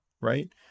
right